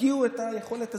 תפקיעו את היכולת הזו,